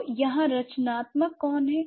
तो यहाँ रचनात्मक कौन है